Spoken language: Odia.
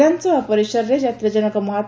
ବିଧାନସଭା ପରିସରରେ ଜାତିର ଜନକ ମହାମ୍